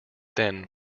then